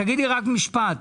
תגידי רק משפט.